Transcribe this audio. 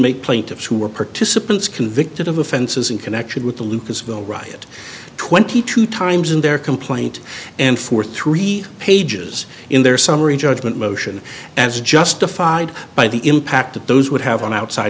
inmate plaintiffs who were participants convicted of offenses in connection with the lucasville riot twenty two times in their complaint and for three pages in their summary judgment motion as justified by the impact that those would have on outside